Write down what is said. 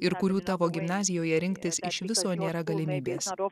ir kurių tavo gimnazijoje rinktis iš viso nėra galimybės